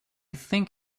think